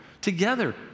together